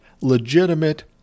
legitimate